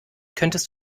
könntest